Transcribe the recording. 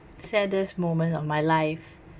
saddest moment of my life